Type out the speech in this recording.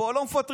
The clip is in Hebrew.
פה לא מפטרים.